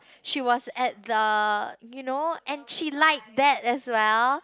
she was at the you know and she like that as well